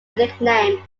nickname